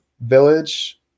Village